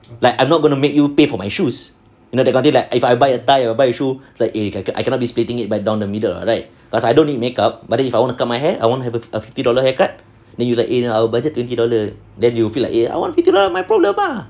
like I'm not going to make you pay for my shoes you know that kind of thing like if I buy a tie if I buy a shoe is like eh I cannot be splitting it right down the middle ah right plus I don't need makeup but then if I want to cut my hair I want have a fifty dollar haircut then you like eh our budget twenty dollar then you will feel like eh I want fifty dollar my problem lah